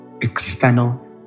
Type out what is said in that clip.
external